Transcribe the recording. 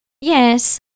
Yes